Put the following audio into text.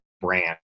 brand